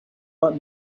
but